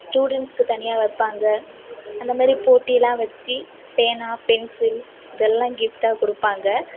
ஸ்டூடண்ட்ஸ்க்கு தனியாக வைப்பாங்க அந்தமாதிரி போட்டியெல்லாம் வச்சு பேனா பென்சில் இதெல்லாம் கிஃப்டாக கொடுப்பாங்க